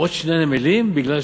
עוד שני נמלים בגלל,